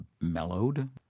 mellowed